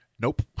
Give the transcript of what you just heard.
Nope